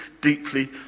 deeply